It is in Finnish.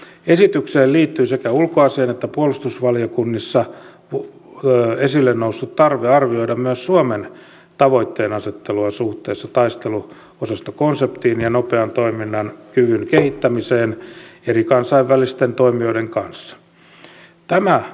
esitykseen liittyy sekä ulkoasiain että puolustusvaliokunnassa esille noussut tarve arvioida myös suomen tavoitteenasettelua suhteessa taisteluosastokonseptiin ja nopean toiminnan kyvyn kehittämiseen eri kansainvälisten toimijoiden kanssa